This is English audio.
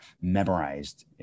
memorized